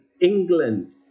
England